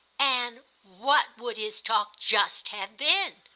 and what would his talk just have been?